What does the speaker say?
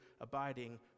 abiding